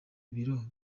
biro